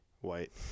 white